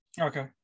Okay